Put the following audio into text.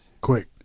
Quick